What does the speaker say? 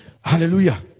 Hallelujah